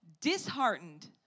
Disheartened